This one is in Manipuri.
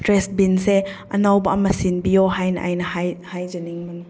ꯇ꯭ꯔꯥꯁ ꯕꯤꯟꯁꯦ ꯑꯅꯧꯕ ꯑꯃ ꯁꯤꯟꯕꯤꯌꯣ ꯍꯥꯏꯅ ꯑꯩꯅ ꯍꯥꯏꯖꯅꯤꯡꯕꯅꯤ